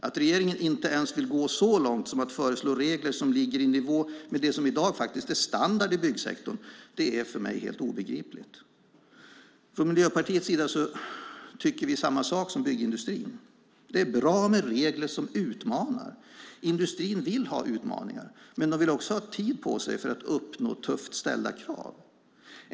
Att regeringen inte vill gå ens så långt som att föreslå regler som ligger i nivå med det som i dag är standard i byggsektorn är för mig helt obegripligt. Från Miljöpartiets sida tycker vi samma sak som byggindustrin. Det är bra med regler som utmanar. Industrin vill ha utmaningar, men de vill också ha tid på sig för att kunna uppnå tufft ställda krav.